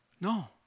No